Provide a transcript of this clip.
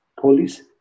police